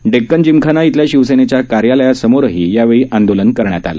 डेक्कन जिमखाना इथल्या शिवसेनेच्या कार्यालयासमोरही यावेळी आंदोलन करण्यात आलं